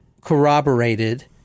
corroborated